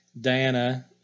Diana